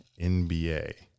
NBA